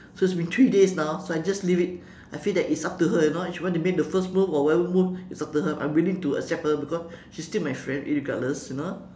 so it's been three days now so I just leave it I feel that it's up to her you know if she want to make the first move or whatever move it's up to her I'm willing to accept her because she is still my friend irregardless you know